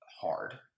hard